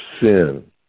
sin